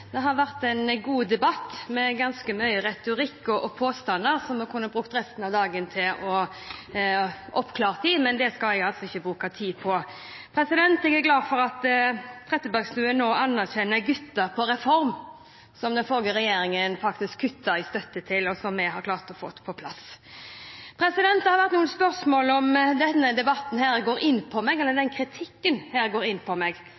Det har vært en god debatt med ganske mye retorikk og påstander som jeg kunne brukt resten av dagen til å oppklare. Men det skal jeg ikke bruke tid på. Jeg er glad for at representanten Trettebergstuen nå anerkjenner gutta fra Reform, som den forrige regjeringen faktisk kuttet i støtten til, og som vi har klart å få på plass. Det har vært noen spørsmål om denne kritikken går inn på meg. Det er mange ting som går inn på meg,